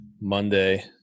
monday